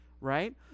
Right